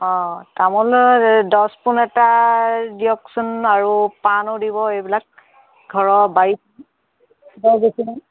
অঁ তামোলৰ দহ পোণ এটা দিয়কচোন আৰু পাণো দিব এইবিলাক ঘৰৰ বাৰী বা যি কি নহওক